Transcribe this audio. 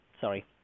sorry